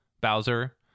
Bowser